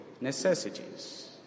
necessities